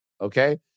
Okay